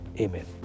Amen